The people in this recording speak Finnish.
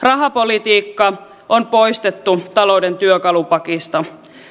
rahapolitiikka on poistettu talouden työkalupakista